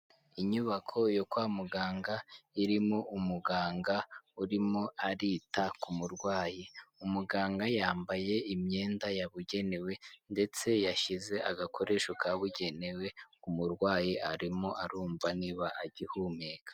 Inyubako yo kwa muganga irimo umuganga urimo arita ku murwayi; umuganga yambaye imyenda yabugenewe ndetse yashyize agakoresho kabugenewe k'umurwayi arimo arumva niba agihumeka.